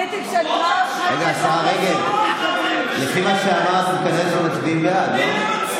השרה רגב, לפי זה מצביעים בעד, לא?